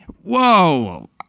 Whoa